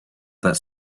that